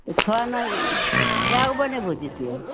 तऽ छओ आना कए गो बनेबहो जीतिआ